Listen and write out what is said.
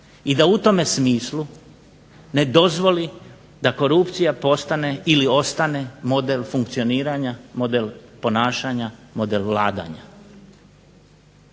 i da u tome smislu ne dozvoli da korupcija postane ili ostane model funkcioniranja, model vladanja.